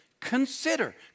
consider